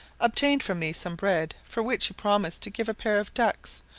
obtained from me some bread, for which he promised to give a pair of ducks,